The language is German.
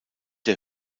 der